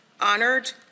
honored